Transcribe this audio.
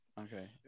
Okay